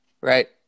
Right